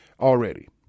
Already